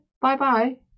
bye-bye